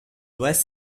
west